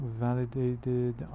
validated